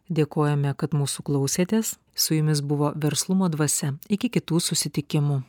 dėkojame kad mūsų klausėtės su jumis buvo verslumo dvasia iki kitų susitikimų